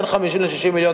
בין 50 ל-60 מיליון,